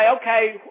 okay